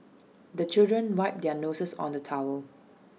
the children wipe their noses on the towel